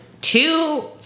two